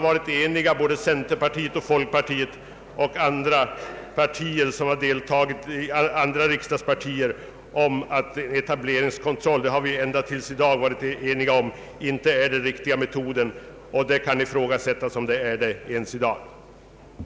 Centern och folkpartiet samt övriga riksdagspartier har varit eniga om att etableringskontroll inte är en metod som bör tillgripas i vårt land. Det kan verkligen ifrågasättas om det finns anledning att nu införa den.